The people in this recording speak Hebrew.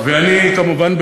אני כמובן,